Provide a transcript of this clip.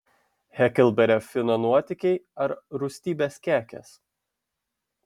heklberio fino nuotykiai ar rūstybės kekės